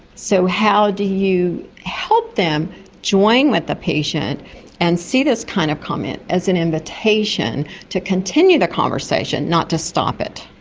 so how do you help them join with the patient and see this kind of comment as an invitation to continue their conversation, not to stop it.